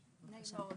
בבקשה.